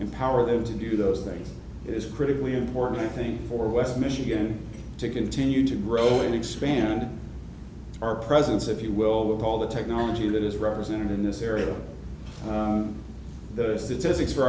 empower them to do those things it is critically important i think for west michigan to continue to grow and expand our presence if you will with all the technology that is represented in this area the statistics for